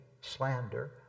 slander